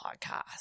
podcast